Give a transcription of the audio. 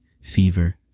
fever